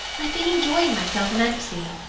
i've been enjoying myself immensely.